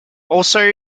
also